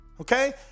okay